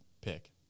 pick